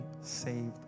saved